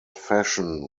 fashion